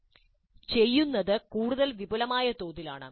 "ചെയ്യുന്നത്" കൂടുതൽ വിപുലമായ തോതിലാണ്